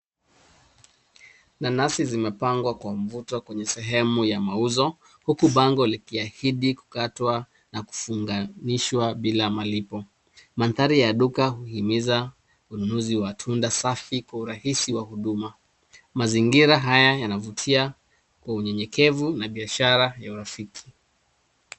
Nanasi zimepangwa kwa mvuto kwenye sehemu ya mauzo, huku bango likiahidi kukatwa na kufunganishwa bila malipo. Manthari ya duka huhimiza ununuzi wa tunda safi kwa urahisi wa huduma. Mazingira haya yanavutia kwa unyenyekevu na biashara ya urafiki.